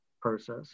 process